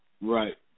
right